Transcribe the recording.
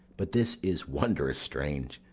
but this is wondrous strange!